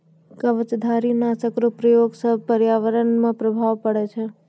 कवचधारी नाशक रो प्रयोग से प्रर्यावरण मे प्रभाव पड़ै छै